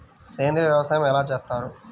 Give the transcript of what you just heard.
సేంద్రీయ వ్యవసాయం ఎలా చేస్తారు?